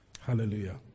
Hallelujah